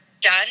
done